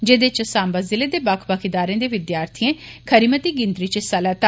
जेहदे च सांबा जिले दे बक्ख बक्ख ईदारे दे विद्यार्थियें खरी मती गिनत्री च हिस्सा लैता